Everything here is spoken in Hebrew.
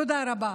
תודה רבה.